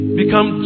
become